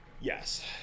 Yes